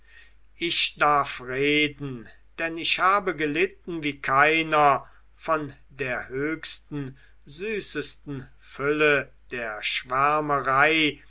ich darf reden denn ich habe gelitten wie keiner von der höchsten süßesten fülle der